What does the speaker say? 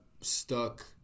stuck